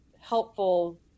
helpful